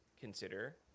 consider